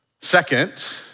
Second